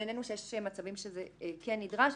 ונענינו שיש מצבים שזה נדרש.